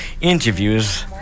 interviews